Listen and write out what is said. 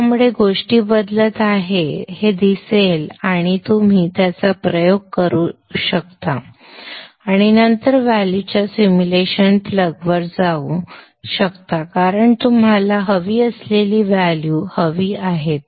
त्यामुळे तुम्हाला गोष्टी बदलत आहेत हे दिसेल आणि तुम्ही त्याचा प्रयोग करत राहू शकता आणि नंतर व्हॅल्यूच्या सिम्युलेशन प्लग वर परत जाऊ शकता कारण तुम्हाला हवी असलेली व्हॅल्यू हवी आहेत